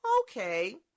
Okay